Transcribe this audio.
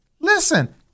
Listen